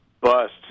bust